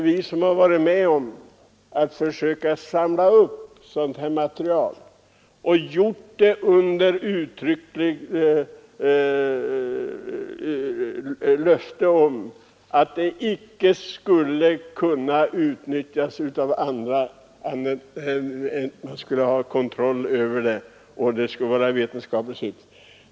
Vi som har varit med om att insamla sådant material har erhållit ett uttryckligt löfte om att materialet endast skulle användas för vetenskaplig forskning och icke kunna utnyttjas för andra ändamål.